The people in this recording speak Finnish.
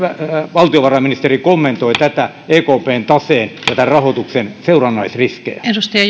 valtiovarainministeri kommentoi näitä ekpn taseen ja tämän rahoituksen seurannaisriskejä